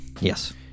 Yes